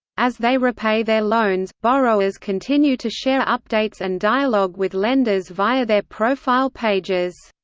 as they repay their loans, borrowers continue to share updates and dialogue with lenders via their profile pages.